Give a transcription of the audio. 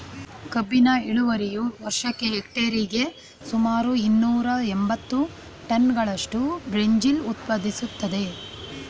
ಕಬ್ಬಿನ ಇಳುವರಿಯು ವರ್ಷಕ್ಕೆ ಹೆಕ್ಟೇರಿಗೆ ಸುಮಾರು ಇನ್ನೂರ ಎಂಬತ್ತು ಟನ್ಗಳಷ್ಟು ಬ್ರೆಜಿಲ್ ಉತ್ಪಾದಿಸ್ತದೆ